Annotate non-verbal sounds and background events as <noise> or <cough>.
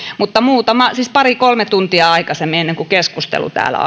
mutta pari kolme tuntia aikaisemmin ennen kuin keskustelu täällä <unintelligible>